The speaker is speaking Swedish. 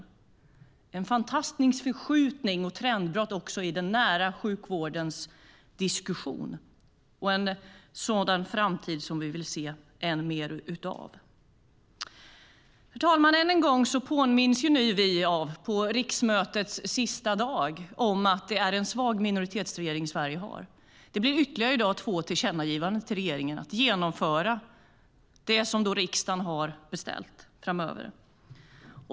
Det är en fantastisk förskjutning och ett trendbrott i diskussionen om den nära sjukvården, och vi vill se mer av den i framtiden. Herr talman! Än en gång, på riksmötets sista dag, påminns vi om att Sverige har en svag minoritetsregering. Det blir i dag ytterligare två tillkännagivanden till regeringen att framöver genomföra vad riksdagen har beställt.